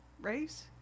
race